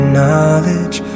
knowledge